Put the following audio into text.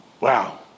Wow